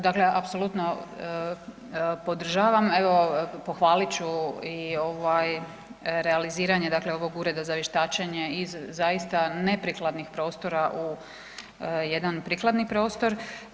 Dakle, apsolutno podržavam evo pohvalit ću i realiziranje ovog ureda za vještačenja i zaista neprikladnih prostora u jedan prikladni prostora.